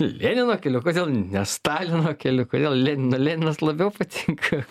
lenino keliu kodėl ne stalino keliu kodėl lenino leninas labiau patinka